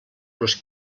los